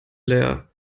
leer